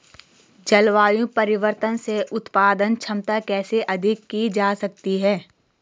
जलवायु परिवर्तन से उत्पादन क्षमता कैसे अधिक की जा सकती है?